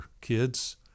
kids